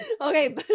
okay